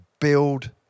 Build